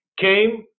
came